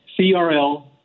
CRL